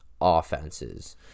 offenses